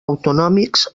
autonòmics